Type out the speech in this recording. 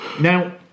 Now